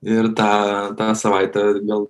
ir tą tą savaitę gal